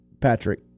Patrick